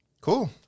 Cool